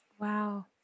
Wow